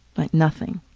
like nothing.